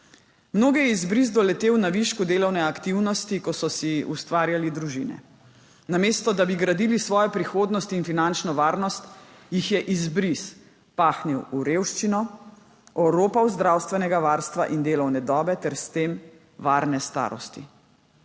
Mnoge je izbris doletel na višku delovne aktivnosti, ko so si ustvarjali družine. Namesto da bi gradili svojo prihodnost in finančno varnost, jih je izbris pahnil v revščino, oropal zdravstvenega varstva in delovne dobe ter s tem varne starosti.